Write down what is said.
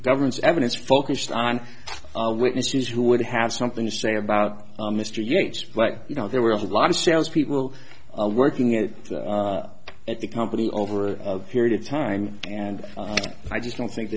government's evidence focused on witnesses who would have something to say about mr yates but you know there were a lot of sales people working at it at the company over a period of time and i just don't think